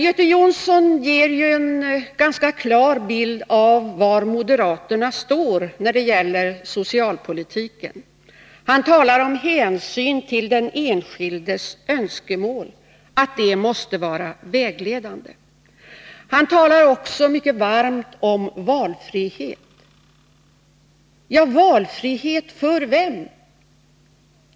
Göte Jonsson ger en ganska klar bild av var moderaterna står när det gäller socialpolitiken. Han framhåller att hänsyn till den enskildes önskemål måste vara vägledande. Han talar också mycket varmt om valfrihet — men för vem?